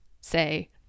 say